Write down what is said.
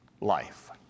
life